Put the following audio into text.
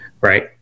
right